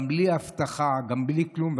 גם בלי אבטחה, גם בלי כלום.